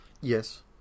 Yes